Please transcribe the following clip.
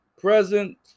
present